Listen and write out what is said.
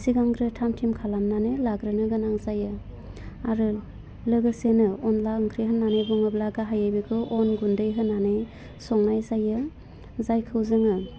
सिगांग्रो थाम थिम खालामनानै लाग्रोनो गोनां जायो आरो लोगोसेनो अनला ओंख्रि होन्नानै बुङोब्ला गाहायै बेखौ अन गुन्दै होनानै संनाय जायो जायखौ जोङो